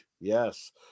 yes